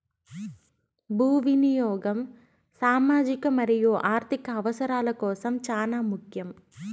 భూ వినియాగం సామాజిక మరియు ఆర్ధిక అవసరాల కోసం చానా ముఖ్యం